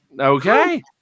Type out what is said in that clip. Okay